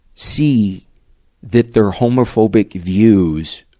see that their homophobic views,